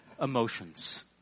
emotions